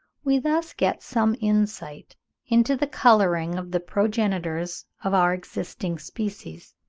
we thus get some insight into the colouring of the progenitors of our existing species.